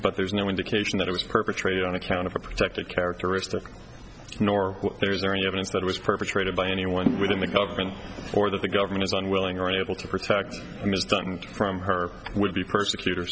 but there's no indication that it was perpetrated on account of a protected characteristic nor there is there any evidence that was perpetrated by anyone within the government or that the government is unwilling or unable to protect a mist and from her would be persecut